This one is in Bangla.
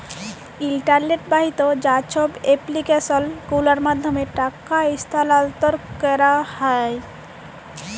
ইলটারলেট বাহিত যা ছব এপ্লিক্যাসল গুলার মাধ্যমে টাকা ইস্থালাল্তর ক্যারা হ্যয়